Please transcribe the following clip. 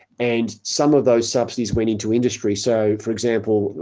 and some of those subsidies went into industry. so for example,